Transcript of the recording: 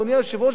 אדוני היושב-ראש,